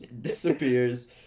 disappears